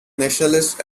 nationalist